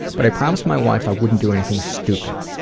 but i promised my wife i wouldn't do anything stupid.